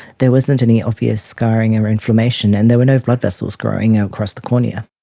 there wasn't any obvious scarring and or inflammation and there were no blood vessels growing ah across the cornea.